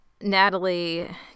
Natalie